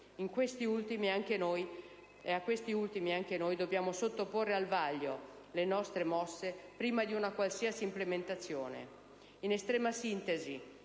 A questi ultimi, anche noi dobbiamo sottoporre al vaglio le nostre mosse, prima di una qualsiasi implementazione.